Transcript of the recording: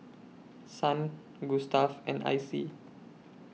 Kasen Gustav and Icy